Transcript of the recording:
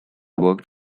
worked